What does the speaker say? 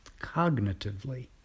cognitively